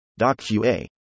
docqa